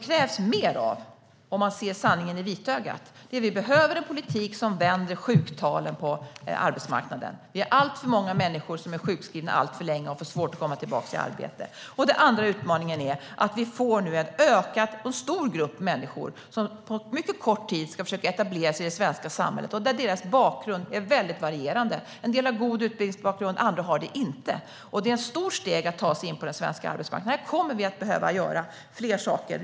För att se sanningen i vitögat är det en politik som vänder sjuktalen på arbetsmarknaden som det krävs mer av. Det är det vi behöver. Vi har alltför många människor som är sjukskrivna alltför länge och har för svårt att komma tillbaka i arbete. Den andra utmaningen är att vi nu får en ökande och mycket stor grupp som på kort tid ska försöka etablera sig i det svenska samhället. Deras bakgrund är varierande. En del har god utbildningsbakgrund, och andra har det inte. Det är ett stort steg att ta sig in på den svenska arbetsmarknaden. Här kommer vi att behöva göra fler saker.